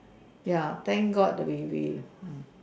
ya thank God we we